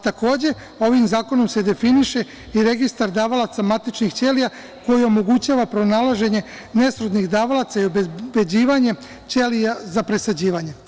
Takođe, ovim zakonom se definiše i registar davalaca matičnih ćelija, koji omogućava pronalaženje nesrodnih davalaca i obezbeđivanje ćelija za presađivanje.